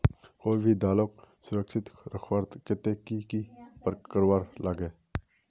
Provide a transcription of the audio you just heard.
कोई भी दालोक सुरक्षित रखवार केते की करवार लगे?